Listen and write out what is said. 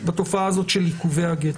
בתופעה הזאת של עיכובי הגט,